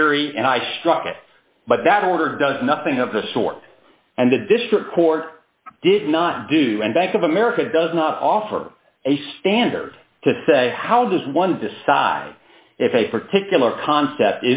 theory and i struck it but that order does nothing of the sort and the district court did not do and bank of america does not offer a standard to say how does one decide if a particular concept